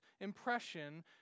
impression